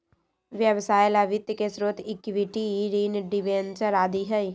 व्यवसाय ला वित्त के स्रोत इक्विटी, ऋण, डिबेंचर आदि हई